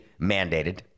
mandated